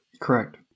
Correct